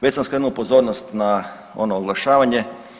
Već sam skrenuo pozornost na ono oglašavanje.